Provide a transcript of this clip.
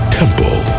temple